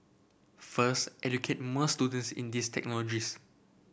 first educate more students in these technologies